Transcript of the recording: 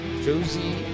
Josie